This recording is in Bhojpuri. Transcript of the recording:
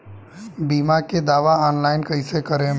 बीमा के दावा ऑनलाइन कैसे करेम?